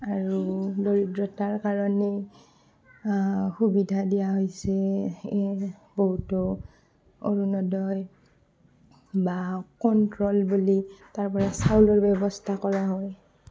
আৰু দৰিদ্ৰতাৰ কাৰণে সুবিধা দিয়া হৈছে এই বহুতো অৰুণোদয় বা কণ্ট্ৰল বুলি তাৰ পৰা চাউলৰ ব্যৱস্থা কৰা হয়